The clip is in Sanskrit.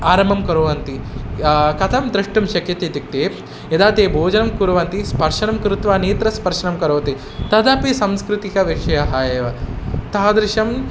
आरम्भं कुर्वन्ति कथं द्रष्टुं शक्यते इत्युक्ते यदा ते भोजनं कुर्वन्ति स्पर्शनं कृत्वा नेत्रस्पर्शनं करोति तदपि संस्कृतिः विषयः एव तादृशम्